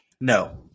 No